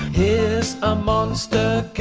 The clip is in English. here's a monster